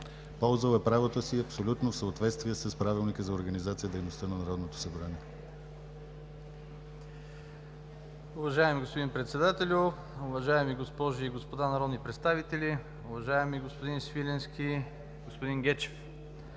Ползвал е правото си абсолютно в съответствие с Правилника за организация и дейността на Народното събрание. МИНИСТЪР ВЛАДИСЛАВ ГОРАНОВ: Уважаеми господин Председателю, уважаеми госпожи и господа народни представители! Уважаеми господин Свиленски, господин Гечев,